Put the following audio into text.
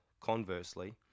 Conversely